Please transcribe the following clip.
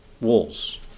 walls